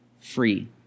free